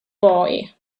boy